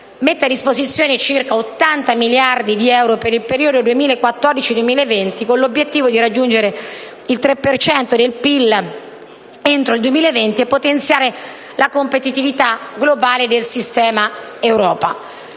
mette a disposizione circa 80 miliardi di euro per il periodo 2014-2020 con l'obiettivo di raggiungere il 3 per cento del PIL entro il 2020 e di potenziare la competitività globale del sistema Europa.